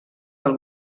del